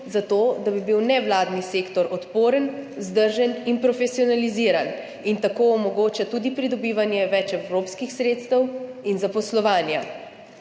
za to, da bi bil nevladni sektor odporen, vzdržen in profesionaliziran in tako omogoča tudi pridobivanje več evropskih sredstev in zaposlovanja.